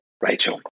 Rachel